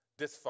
dysfunction